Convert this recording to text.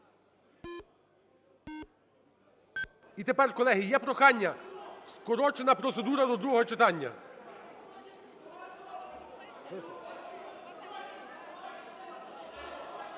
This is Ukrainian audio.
І тепер, колеги, є прохання: скорочена процедура до другого читання.